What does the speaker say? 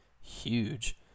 huge